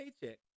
paycheck